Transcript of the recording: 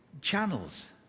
channels